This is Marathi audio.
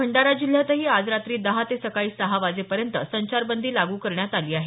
भंडारा जिल्ह्यातही आजपासून रात्री दहा ते सकाळी सहा वाजेपर्यंत संचारबंदी लागू करण्यात आली आहे